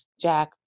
Jack